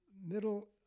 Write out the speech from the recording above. middle